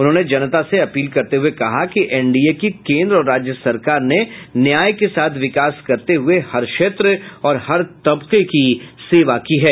उन्होंने जनता से अपील करते हुये कहा कि एनडीए की केंद्र और राज्य सरकार ने न्याय के साथ विकास करते हुये हर क्षेत्र और हर तबके की सेवा की है